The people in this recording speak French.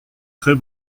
très